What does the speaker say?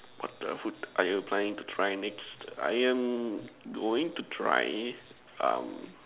what the food are you planning to try next I am going to try um